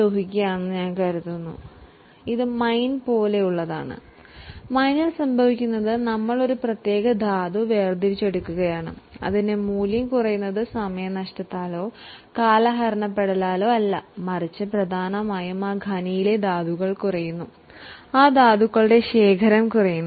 ഖനിയിൽ നിന്ന് ഒരു പ്രത്യേക മിനറൽ വേർതിരിച്ചെടുക്കുമ്പോൾ അതിൻ്റെ മൂല്യം കുറയുന്നത് കാലപ്പഴക്കത്താലോ കാലഹരണപ്പെടലാലോ അല്ല മറിച്ച് പ്രധാനമായും ആ ഖനിയിലെ മിനറൽ കുറയുന്നു ആ മിനറലിൻറെ സ്റ്റോക്ക് കുറയുന്നു